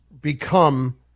become